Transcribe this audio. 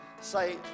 say